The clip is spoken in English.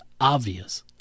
obvious